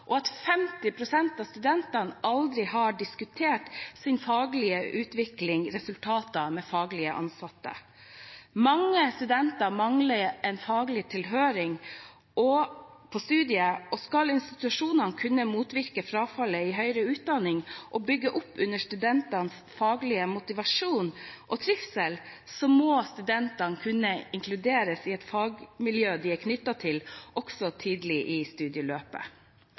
studentene aldri har diskutert sin faglige utvikling/resultater med faglig ansatte. Mange studenter mangler en faglig tilhørighet på studiet. Skal institusjonene kunne motvirke frafallet i høyere utdanning og bygge opp under studentenes faglige motivasjon og trivsel, må studentene kunne inkluderes i et fagmiljø de er knyttet til, også tidlig i studieløpet.